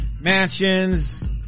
mansions